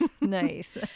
Nice